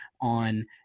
on